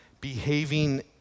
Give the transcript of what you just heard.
behaving